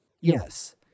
Yes